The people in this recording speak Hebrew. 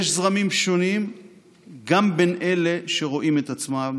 יש זרמים שונים גם בין אלה שרואים את עצמם